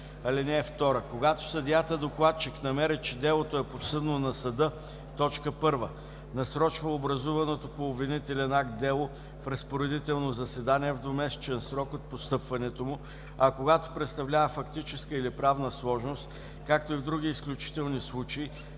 (2) Когато съдията-докладчик намери, че делото е подсъдно на съда: 1. насрочва образуваното по обвинителен акт дело в разпоредително заседание в двумесечен срок от постъпването му, а когато представлява фактическа или правна сложност, както и в други изключителни случаи,